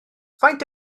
faint